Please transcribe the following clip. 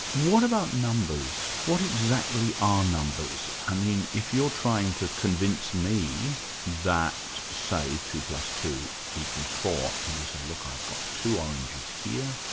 what about numbers? what exactly are numbers? i mean, if you're trying to convince me that, say two plus two equals four, and you say look, i've got two oranges here,